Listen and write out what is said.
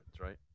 right